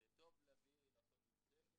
זה אומר להביא, לעשות מצגת,